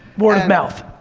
word of mouth.